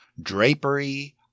drapery